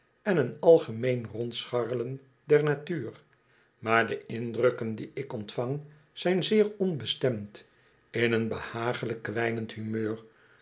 en een algemeen rondscharrelen deinatuur maar de indrukken die ik ontvang zijn zeer onbestemd in een behaaglijk kwijnend humeur